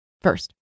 first